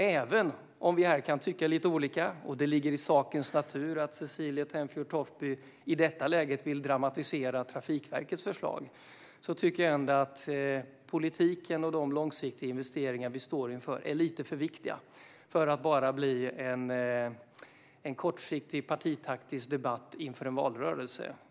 Även om vi kan tycka lite olika - det ligger i sakens natur att Cecilie Tenfjord-Toftby i detta läge vill dramatisera Trafikverkets förslag - tycker jag ändå att politiken och de långsiktiga investeringar vi står inför är lite för viktiga för att bara bli en kortsiktig partitaktisk debatt inför en valrörelse.